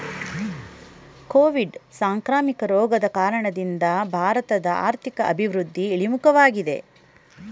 Covid ಸಾಂಕ್ರಾಮಿಕ ರೋಗದ ಕಾರಣದಿಂದ ಭಾರತದ ಆರ್ಥಿಕ ಅಭಿವೃದ್ಧಿ ಇಳಿಮುಖವಾಗಿದೆ